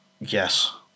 Yes